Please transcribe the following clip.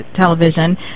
television